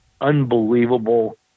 unbelievable